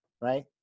right